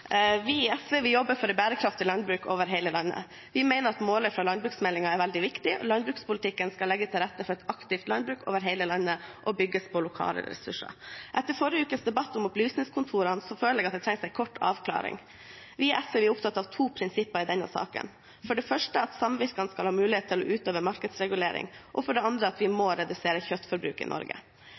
landbruk. I SV jobber vi for et bærekraftig landbruk over hele landet. Vi mener målet fra landbruksmeldingen er veldig viktig – landbrukspolitikken skal legge til rette for et aktivt landbruk over hele landet og bygge på lokale ressurser. Etter forrige ukes debatt om opplysningskontorene føler jeg at det trengs en kort avklaring. SV er opptatt av to prinsipper i denne saken. Det første er at samvirkene skal ha mulighet til å utøve markedsregulering. For det andre må vi redusere kjøttforbruket i Norge.